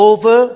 Over